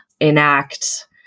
Enact